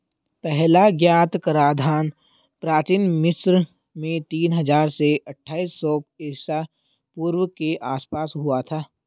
पहला ज्ञात कराधान प्राचीन मिस्र में तीन हजार से अट्ठाईस सौ ईसा पूर्व के आसपास हुआ था